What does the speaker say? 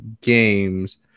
games